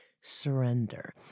surrender